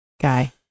guy